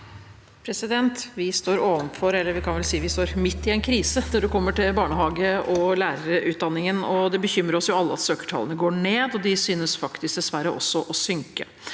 si at vi står midt i – en krise når det gjelder barnehagelærer- og lærerutdanningen. Det bekymrer oss alle at søkertallene går ned, og de synes dessverre også å synke.